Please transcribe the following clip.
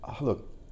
Look